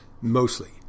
mostly